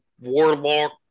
Warlock